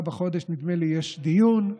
ב-9 בחודש נדמה לי שיש דיון.